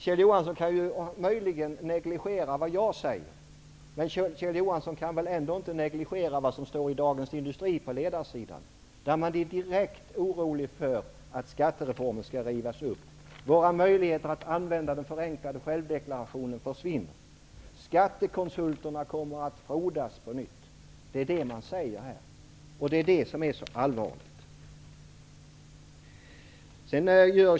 Kjell Johansson kan möjligen negligera vad jag säger, men han kan väl inte negligera vad som står på ledarsidan i Dagens industri, där man är direkt orolig för att skattereformen skall rivas upp. Man säger att våra möjligheter att använda den förenklade självdeklarationen försvinner och att skattekonsulterna kommer att frodas på nytt. Det är det som är så allvarligt.